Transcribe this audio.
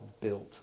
built